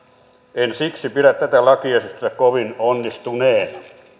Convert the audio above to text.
en siksi pidä tätä lakiesitystä kovin onnistuneena